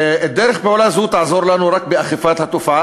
דרך פעולה זו תעזור לנו רק באכיפת החקיקה,